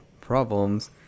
problems